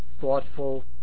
thoughtful